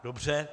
Dobře.